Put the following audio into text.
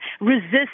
resist